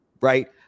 Right